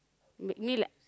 make me like